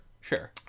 sure